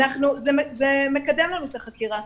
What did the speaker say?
זה מקדם לנו את החקירה.